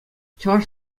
чӑваш